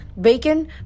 bacon